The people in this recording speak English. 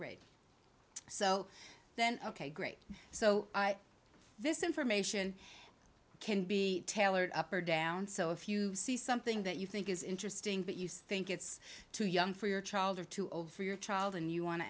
grade so then ok great so this information can be tailored up or down so if you see something that you think is interesting but you think it's too young for your child or for your child and you wan